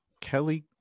Kelly